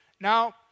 Now